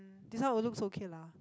um this one would looks okay lah